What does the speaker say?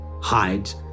hides